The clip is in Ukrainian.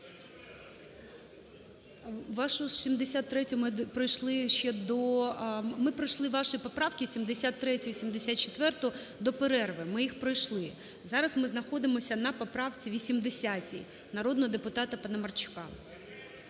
Вашу 73-ю ми пройшли ще до… Ми пройшли ваші поправки, 73-ю і 74-у до перерви, ми їх пройшли. Зараз ми знаходимось на поправці 80-й народного депутата Паламарчука.